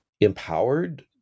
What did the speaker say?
empowered